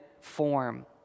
form